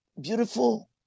beautiful